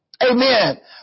Amen